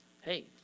Hey